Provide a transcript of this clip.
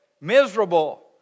Miserable